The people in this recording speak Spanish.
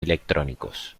electrónicos